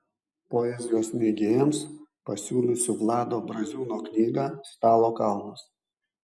poezijos mėgėjams pasiūlysiu vlado braziūno knygą stalo kalnas